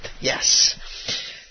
Yes